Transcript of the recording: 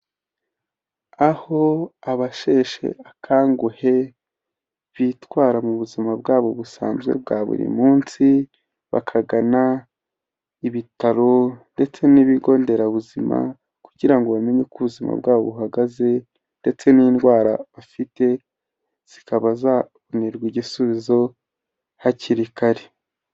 Aho abasheshakanguhe bitwara mu buzima bwabo busanzwe bwa buri munsi, bakagana ibitaro ndetse n'ibigo nderabuzima, kugira ngo bamenye uko ubuzima bwabo buhagaze, ndetse n'indwara bafite zikaba zabonerwa igisubizo hakiri kare.